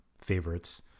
favorites